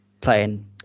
playing